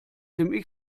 dem